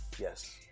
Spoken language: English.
yes